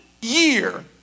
year